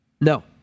No